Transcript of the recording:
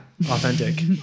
authentic